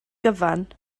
gyfan